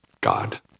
God